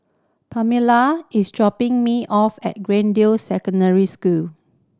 Pamella is dropping me off at Greendale Secondary School